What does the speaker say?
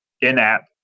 in-app